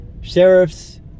Sheriffs